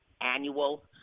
annual